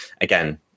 again